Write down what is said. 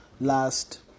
last